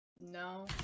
No